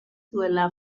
duela